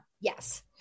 yes